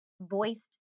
voiced